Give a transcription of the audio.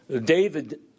David